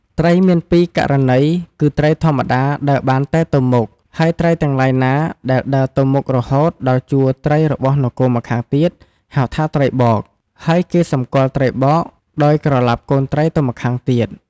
ត្រី មានពីរករណី គឺ ត្រីធម្មតាដើរបានតែទៅមុខ ហើយត្រីទាំងឡាយណាដែលដើរទៅមុខរហូតដល់ជួរត្រីរបស់នគរម្ខាងទៀត ហៅថា ត្រីបកហើយ គេសម្គាល់ត្រីបក ដោយក្រឡាប់កូនត្រីទៅម្ខាងទៀត